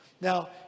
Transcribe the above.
Now